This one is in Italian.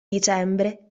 dicembre